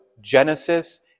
Genesis